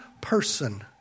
person